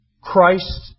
Christ